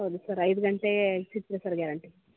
ಹೌದು ಸರ್ ಐದು ಗಂಟೆಗೆ ಸಿಕ್ತೀರಾ ಸರ್ ಗ್ಯಾರಂಟಿ